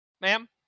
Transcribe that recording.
Ma'am